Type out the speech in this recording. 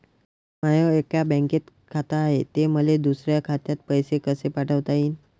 माय एका बँकेत खात हाय, त मले दुसऱ्या खात्यात पैसे कसे पाठवता येईन?